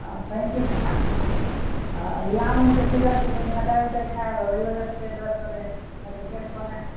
आओर कहीँ किछु खा अभी आम उमके सीजन छै कहीँ खटाइ उटाइ खाइ हेबऽ ओहि वजहसे पेट दरद करै हेतऽ ने तऽ गैस बनै हेतऽ